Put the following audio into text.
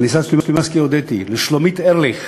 לניסן סלומינסקי, הודיתי, לשלומית ארליך,